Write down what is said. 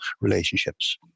relationships